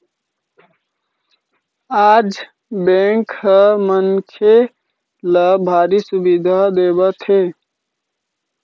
आज बेंक ह मनखे ल भारी सुबिधा देवत हे